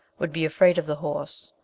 would be afraid of the horse.